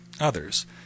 others